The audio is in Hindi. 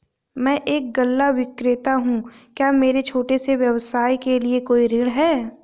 मैं एक गल्ला विक्रेता हूँ क्या मेरे छोटे से व्यवसाय के लिए कोई ऋण है?